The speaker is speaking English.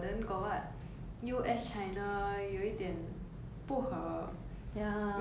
然后 U_S 里面也不合 because of the trump thing then now got 那种